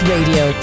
Radio